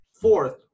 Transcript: fourth